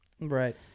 Right